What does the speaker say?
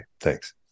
Thanks